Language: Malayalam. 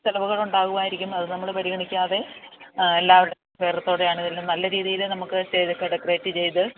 ചെലവുകൾ ഉണ്ടാകുമായിരിക്കും അതു നമ്മള് പരിഗണിക്കാതെ എല്ലാവരുടെയും അഭിപ്രായത്തോടെയാണ് നല്ല രീതിയില് നമുക്ക് സ്റ്റേജോക്കെ ഡെക്കറേറ്റ് ചെയ്ത്